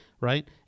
right